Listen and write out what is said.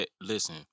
Listen